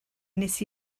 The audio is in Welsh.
nes